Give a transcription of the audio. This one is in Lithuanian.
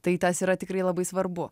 tai tas yra tikrai labai svarbu